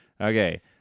Okay